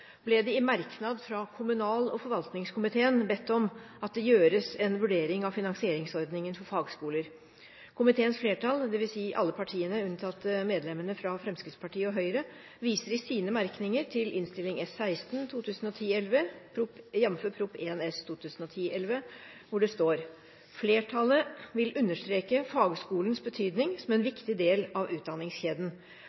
merknad fra kommunal- og forvaltningskomiteen bedt om at det gjøres en vurdering av finansieringsordningen for fagskoler. Komiteens flertall, dvs. alle partiene unntatt medlemmene fra Fremskrittspartiet og Høyre, viser i sine merknader til Innst. S 16 for 2010–2011, jf. Prop 1 S for 2010–2011, hvor det står: «Flertallet vil understreke fagskolens betydning som en